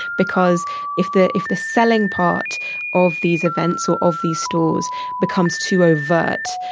because if the if the selling part of these events or of these stores becomes too overt,